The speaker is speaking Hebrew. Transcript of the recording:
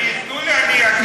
אם ייתנו לי אני אגיד.